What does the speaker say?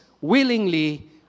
willingly